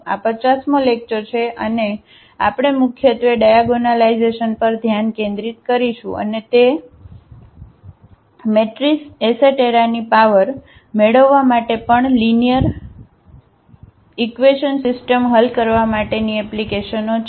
આ 50 મો લેક્ચર છે અને આપણે મુખ્યત્વે ડાયાગોનાલાઇઝેશન પર ધ્યાન કેન્દ્રિત કરીશું અને તે મેટ્રિસ એસેટેરાની પાવર મેળવવા માટે પણ લીનીઅરઈક્વેશનની સિસ્ટમ હલ કરવા માટેની એપ્લિકેશનો છે